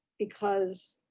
because,